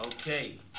Okay